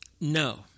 No